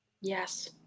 Yes